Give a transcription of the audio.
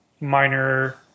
minor